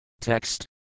Text